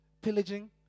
pillaging